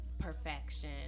perfection